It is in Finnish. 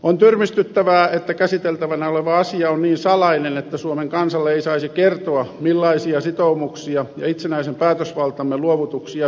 on tyrmistyttävää että käsiteltävänä oleva asia on niin salainen että suomen kansalle ei saisi kertoa millaisia sitoumuksia ja itsenäisen päätösvaltamme luovutuksia suunnitellaan